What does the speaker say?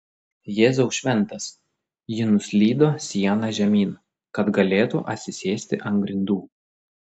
jėzau šventas ji nuslydo siena žemyn kad galėtų atsisėsti ant grindų